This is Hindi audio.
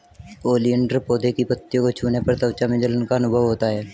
ओलियंडर पौधे की पत्तियों को छूने पर त्वचा में जलन का अनुभव होता है